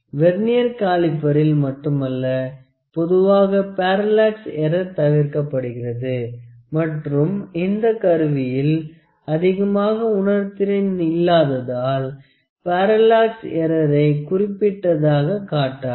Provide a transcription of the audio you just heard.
vernier காலிப்பறில் மட்டுமல்ல பொதுவாக பாராலாக்ஸ் எற்றர் தவிர்க்கப்படுகிறது மற்றும் இந்த கருவியில் அதிகமாக உணர்திறன் இல்லாததால் பாராலாக்ஸ் எற்றறை குறிப்பிட்டதாக காட்டாது